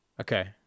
Okay